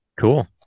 Cool